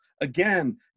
again